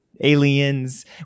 Aliens